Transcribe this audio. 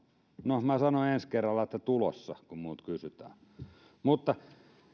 no minä sanon ensi kerralla että tulossa kun minulta kysytään